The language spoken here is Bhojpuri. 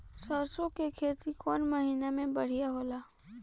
सरसों के खेती कौन महीना में बढ़िया होला?